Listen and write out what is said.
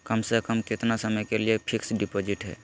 कम से कम कितना समय के लिए फिक्स डिपोजिट है?